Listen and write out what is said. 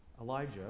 Elijah